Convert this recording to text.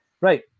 right